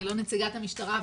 אני לא נציגת המשטרה,